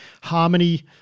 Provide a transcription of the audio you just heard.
Harmony